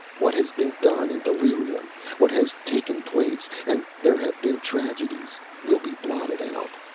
what has been done in delirium! what has taken place and there have been tragedies will be blotted out.